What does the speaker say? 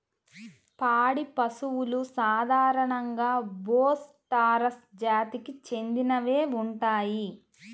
పాడి పశువులు సాధారణంగా బోస్ టారస్ జాతికి చెందినవే ఉంటాయి